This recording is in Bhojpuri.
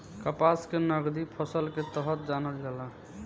कपास के नगदी फसल के तरह जानल जाला